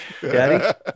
daddy